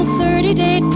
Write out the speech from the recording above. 30-day